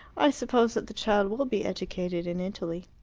i suppose that the child will be educated in italy.